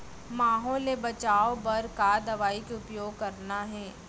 माहो ले बचाओ बर का दवई के उपयोग करना हे?